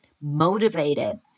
motivated